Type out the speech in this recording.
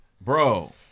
Bro